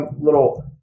little